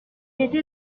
était